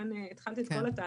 לכן התחלתי את כל התהליך,